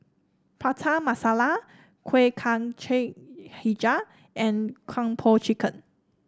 Prata Masala Kuih Kacang hijau and Kung Po Chicken